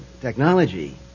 technology